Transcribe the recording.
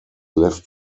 left